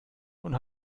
und